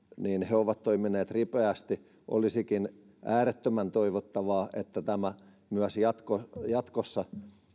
niin he ovat toimineet ripeästi olisikin äärettömän toivottavaa että tämä myös jatkossa jatkossa